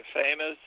famous